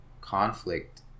conflict